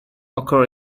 occur